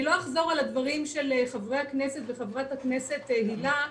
אני לא אחזור על הדברים של חברי הכנסת וחברת הכנסת הילה,